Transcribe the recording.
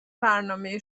برنامه